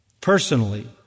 personally